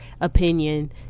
opinion